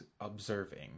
observing